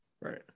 Right